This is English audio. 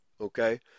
Okay